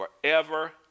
forever